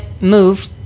Move